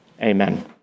amen